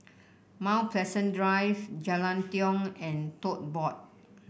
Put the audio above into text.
Mount Pleasant Drive Jalan Tiong and Tote Board